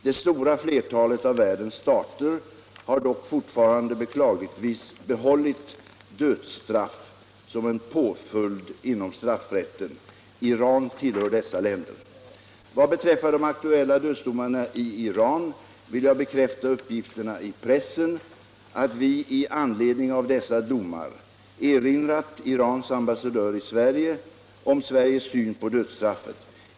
Det stora flertalet av världens stater har dock fortfarande beklagligtvis behållit dödsstraff som en påföljd inom straffrätten. Iran tillhör dessa länder. Vad beträffar de aktuella dödsdomarna i Iran vill jag bekräfta uppgifterna i pressen att vi i anledning av dessa domar erinrat Irans ambassadör i Sverige om Sveriges syn på dödsstraffet.